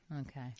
Okay